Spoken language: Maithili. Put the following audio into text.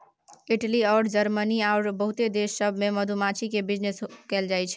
इटली अउर जरमनी आरो बहुते देश सब मे मधुमाछी केर बिजनेस कएल जाइ छै